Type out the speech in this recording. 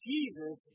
Jesus